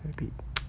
a bit